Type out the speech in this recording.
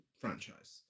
franchise